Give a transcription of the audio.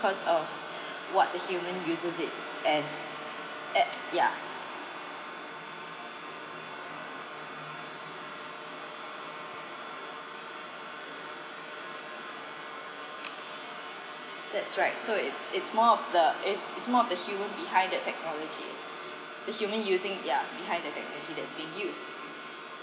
because of what the human uses it as ep~ ya that's right so it's it's more of the if it's more of the human behind that technology the human using it ya behind the technology that's been used